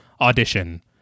Audition